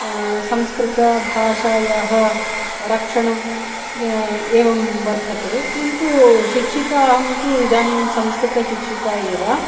संस्कृतभाषायाः रक्षणम् एवं वर्तते किन्तु शिक्षिका अहन्तु इदानीं संस्कृतशिक्षिका एव